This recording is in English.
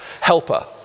helper